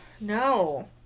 No